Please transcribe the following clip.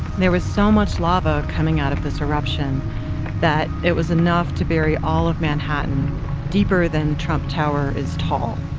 there was so much lava coming out of this eruption that it was enough to bury all of manhattan deeper than trump tower is tall.